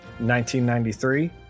1993